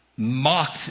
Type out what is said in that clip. mocked